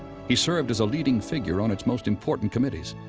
he served as a leading figure on its most important committees.